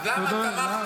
אז למה